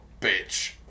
bitch